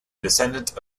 descendant